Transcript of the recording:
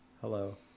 Hello